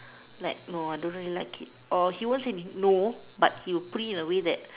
like no I don't really it or he won't say no like he will put it in a way that